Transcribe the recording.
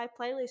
playlist